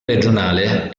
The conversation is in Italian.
regionale